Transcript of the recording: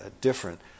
different